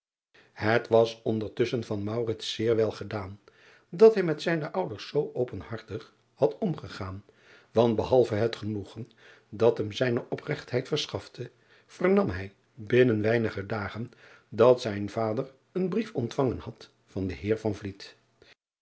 et was ondertusschen van zeer wel gedaan dat hij met zijne ouders zoo openhartig had omgegaan want behalve het genoegen dat hem zijne opregtheid verschafte vernam hij binnen wei driaan oosjes zn et leven van aurits ijnslager nige dagen dat zijn vader een brief ontvangen had van den eer